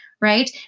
right